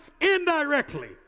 indirectly